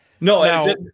No